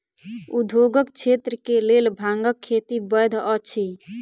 उद्योगक क्षेत्र के लेल भांगक खेती वैध अछि